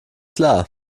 klar